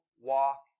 Walk